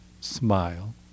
smile